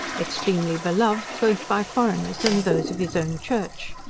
extremely beloved both by foreigners and those of his own church.